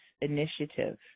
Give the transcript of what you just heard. initiative